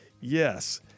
Yes